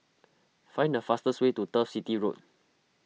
find the fastest way to Turf City Road